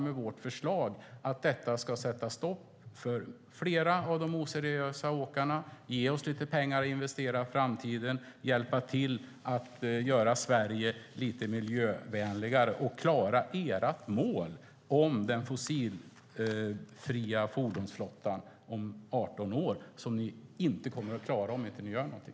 Med vårt förslag hoppas vi kunna sätta stopp för flera av de oseriösa åkarna, få lite pengar till att investera för framtiden, kunna hjälpa till med att göra Sverige lite miljövänligare och klara ert mål om en fossilfri fordonsflotta om 18 år, vilket ni inte kommer att klara om ni inte gör någonting.